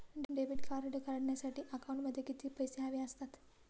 Debit card काढण्यासाठी अकाउंटमध्ये किती पैसे हवे असतात?